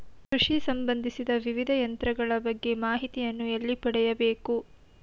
ಕೃಷಿ ಸಂಬಂದಿಸಿದ ವಿವಿಧ ಯಂತ್ರಗಳ ಬಗ್ಗೆ ಮಾಹಿತಿಯನ್ನು ಎಲ್ಲಿ ಪಡೆಯಬೇಕು?